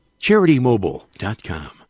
CharityMobile.com